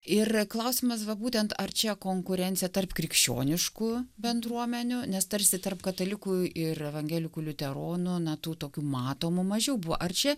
ir klausimas va būtent ar čia konkurencija tarp krikščioniškų bendruomenių nes tarsi tarp katalikų ir evangelikų liuteronų na tų tokių matomų mažiau buvo ar čia